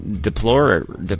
Deplore